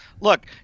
look